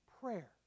Prayer